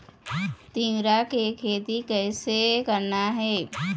तिऊरा के खेती कइसे करना हे?